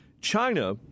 China